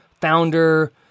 founder